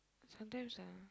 sometimes ah